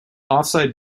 offside